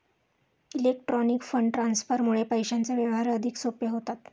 electronic fund ट्रान्सफरमुळे पैशांचे व्यवहार अधिक सोपे होतात